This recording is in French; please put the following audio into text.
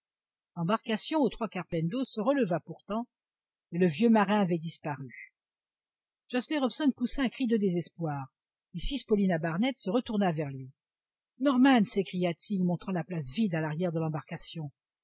l'embarcation aux trois quarts pleine d'eau se releva pourtant mais le vieux marin avait disparu jasper hobson poussa un cri de désespoir mrs paulina barnett se retourna vers lui norman s'écria-t-il montrant la place vide à l'arrière de l'embarcation